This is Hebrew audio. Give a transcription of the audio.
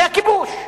זה הכיבוש.